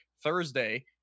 Thursday